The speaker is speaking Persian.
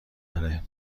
داره